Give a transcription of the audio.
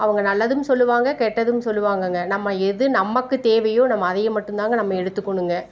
அவங்க நல்லதும் சொல்லுவாங்க கெட்டதும் சொல்லுவாங்கங்க நம்ம எது நமக்கு தேவையோ நம்ம அதைய மட்டும்தாங்க நம்ம எடுத்துக்கணுங்க